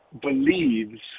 believes